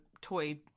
toy